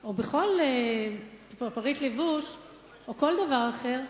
או בכל פריט לבוש או כל דבר אחר,